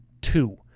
two